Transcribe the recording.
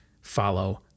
follow